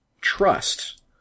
trust